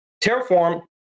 Terraform